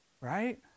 Right